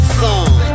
song